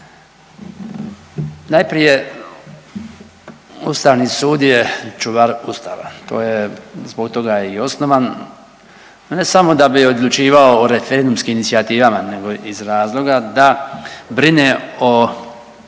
Najprije, ustavni sud je čuvar ustava, to je, zbog toga je i osnovan, ne samo da bi odlučivao o referendumskim inicijativama nego iz razloga da brine o